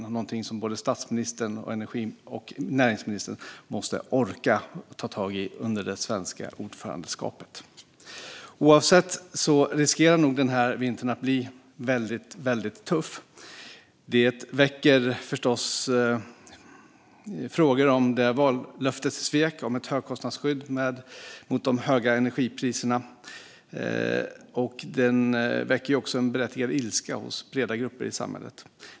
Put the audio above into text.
Det är någonting som både statsministern och näringsministern måste orka ta tag i under det svenska ordförandeskapet. Den här vintern riskerar nog att bli väldigt tuff. Det väcker förstås frågor om vallöftessvek om ett högkostnadsskydd mot de höga energipriserna. Det väcker också en berättigad ilska hos breda grupper i samhället.